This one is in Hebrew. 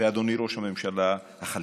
ואדוני ראש הממשלה החליפי,